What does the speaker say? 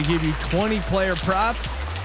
give you twenty player props.